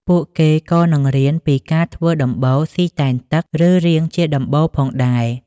ពួកគេក៏នឹងរៀនពីការធ្វើដំបូលស៊ីទែនទឹកឬរាងជាដំបូលផងដែរ។